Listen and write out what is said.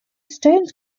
stones